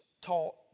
taught